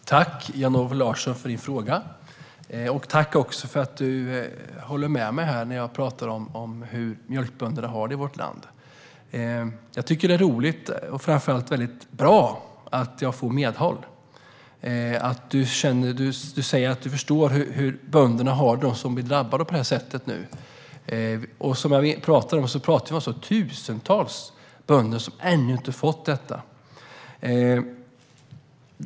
Fru talman! Jag tackar dig, Jan-Olof Larsson, för frågan. Jag tackar också för att du håller med mig när jag talar om hur mjölkbönderna i vårt land har det. Det är roligt, och framför allt mycket bra, att jag får medhåll. Du säger att du förstår hur de bönder som nu drabbas på detta sätt har det. Vi talar alltså om tusentals bönder som ännu inte fått detta stöd.